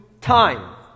time